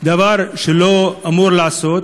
דבר שלא אמור להיעשות,